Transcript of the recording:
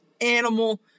animal